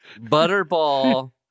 Butterball